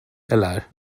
eller